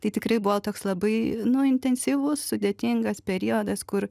tai tikrai buvo toks labai intensyvus sudėtingas periodas kur